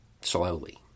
slowly